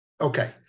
Okay